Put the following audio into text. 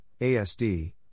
ASD